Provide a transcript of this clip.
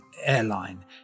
airline